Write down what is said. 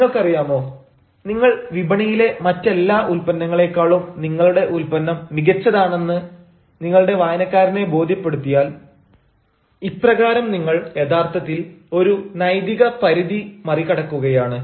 നിങ്ങൾക്കറിയാമോ നിങ്ങൾ വിപണിയിലെ മറ്റെല്ലാ ഉല്പന്നങ്ങളേക്കാളും നിങ്ങളുടെ ഉൽപ്പന്നം മികച്ചതാണെന്ന് നിങ്ങളുടെ വായനക്കാരനെ ബോധ്യപ്പെടുത്തിയാൽ ഇപ്രകാരം നിങ്ങൾ യഥാർത്ഥത്തിൽ ഒരു നൈതിക പരിധി മറികടക്കുകയാണ്